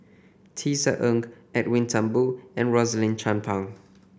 Tisa Ng Edwin Thumboo and Rosaline Chan Pang